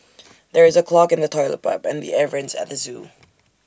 there is A clog in the Toilet Pipe and the air Vents at the Zoo